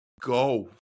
go